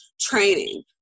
training